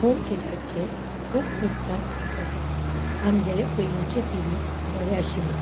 home थेटराचें खूब लुकसाण आसात आमच्यो पयलींच्यो टी वी बऱ्यो आशिल्ल्यो